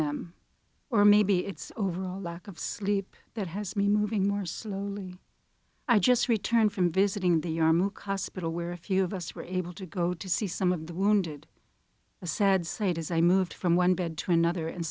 them or maybe it's overall lack of sleep that has me moving more slowly i just returned from visiting the yarmouk hospital where a few of us were able to go to see some of the wounded a sad sight as i moved from one bed to another and